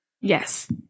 Yes